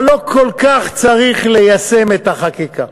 אבל לא כל כך צריך ליישם את החקיקה.